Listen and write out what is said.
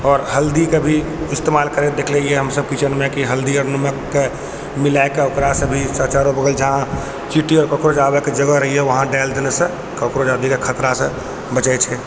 आओर हल्दीके भी इस्तेमाल करैत देखलिए हँ हमसभ किचनमे कि हल्दी आओर नमकके मिलाकऽ ओकरासँ भी चारू बगल जहाँ चीटी आओर कोकरोच आबैके जगह रहैए वहाँ डालि देलासँ कोकरोच आदिके खतरासँ बचै छै